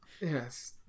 yes